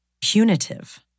punitive